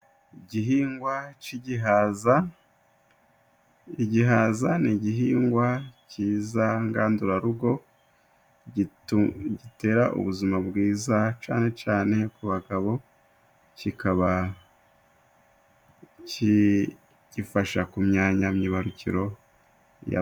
Igihingwa c'igihaza, igihaza ni igihingwa cyiza ngandurarugo, gitera ubuzima bwiza cane cane ku bagabo, kikaba gifasha ku myanya myibarukiro.